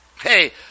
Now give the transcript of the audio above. hey